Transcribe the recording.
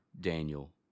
Daniel